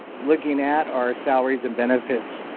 looking at our salaries and benefits.